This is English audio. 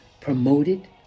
promoted